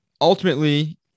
ultimately